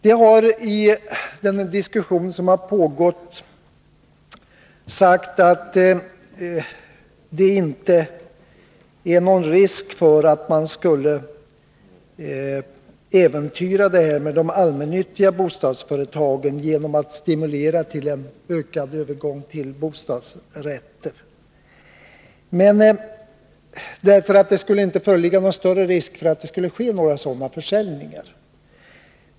Det har i den diskussion som har förts sagts att det inte är någon risk för att man skulle äventyra de allmännyttiga bostadsföretagen genom att stimulera till ökad övergång till bostadsrätter — det skulle inte föreligga någon större risk att det skulle ske några sådana försäljningar.